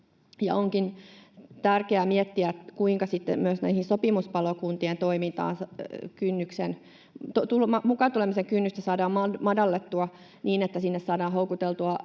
Onkin tärkeää miettiä, kuinka myös näiden sopimuspalokuntien toimintaan mukaan tulemisen kynnystä saadaan madallettua, niin että saadaan houkuteltua